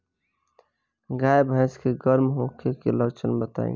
गाय भैंस के गर्म होखे के लक्षण बताई?